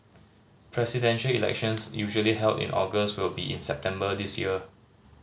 presidential elections usually held in August will be in September this year